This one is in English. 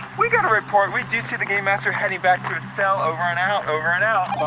we got a report, we do see the game master heading back to his cell, over and out, over and out.